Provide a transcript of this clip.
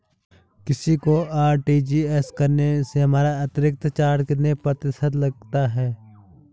किसी को आर.टी.जी.एस करने से हमारा अतिरिक्त चार्ज कितने प्रतिशत लगता है?